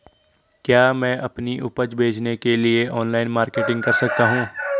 क्या मैं अपनी उपज बेचने के लिए ऑनलाइन मार्केटिंग कर सकता हूँ?